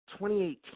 2018